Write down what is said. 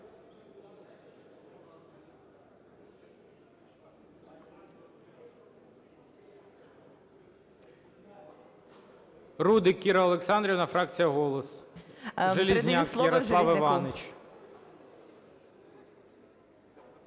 Рудик Кіра Олександрівна, фракція "Голос". Железняк Ярослав Іванович.